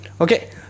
okay